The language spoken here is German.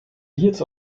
hierzu